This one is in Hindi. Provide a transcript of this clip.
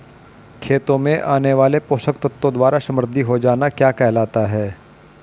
खेतों में आने वाले पोषक तत्वों द्वारा समृद्धि हो जाना क्या कहलाता है?